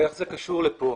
ואיך זה קשור לפה.